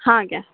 ହଁ ଆଜ୍ଞା